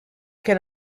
can